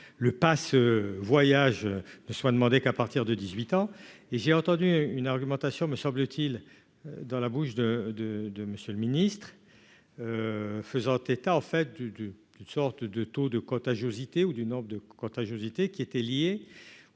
le Pass voyage ne soit demandé qu'à partir de 18 ans, et j'ai entendu une argumentation me semble-t-il, dans la bouche de, de, de Monsieur le Ministre, faisant état en fait du du toutes sortes de taux de contagiosité ou du nord de contagiosité qui étaient liés ou